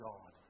God